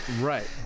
Right